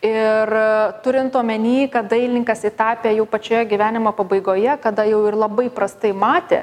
ir turint omeny kad dailininkas jį tapė jau pačioje gyvenimo pabaigoje kada jau ir labai prastai matė